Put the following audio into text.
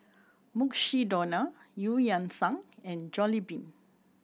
Mukshidonna Eu Yan Sang and Jollibean